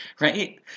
right